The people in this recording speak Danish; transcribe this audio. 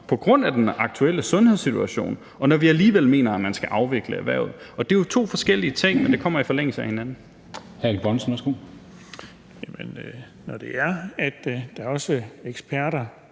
på grund af den aktuelle sundhedssituation, og når vi alligevel mener, at man skal afvikle erhvervet. Det er jo to forskellige ting, og det kommer i forlængelse af hinanden.